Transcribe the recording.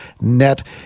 net